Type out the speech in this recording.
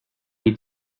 les